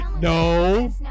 No